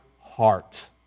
heart